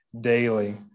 daily